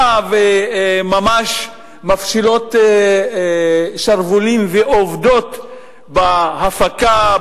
וממש מפשילות שרוולים ועובדות בהפקה,